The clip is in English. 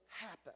happen